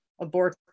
abort